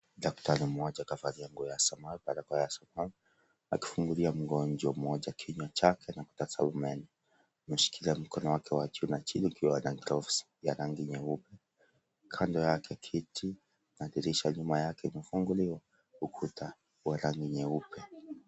Daktari mmoja kavalia nguo ya samawati barakoa ya samawati akifungulia mgonjwa mmoja kinywa chake na kutazama meno, ameshikilia mkono wake wa juu na chini akiwa na gloves ya rangi nyeupe ,kando yake kiti na dirisha nyuma yake imefunguliwa huku ukuta wa rangi nyeupe.